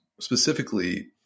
specifically